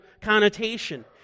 connotation